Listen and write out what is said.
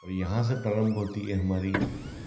और यहाँ से प्रारम्भ होती है हमारी